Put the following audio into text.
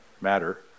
matter